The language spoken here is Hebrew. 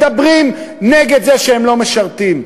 מדברים נגד זה שהם לא משרתים.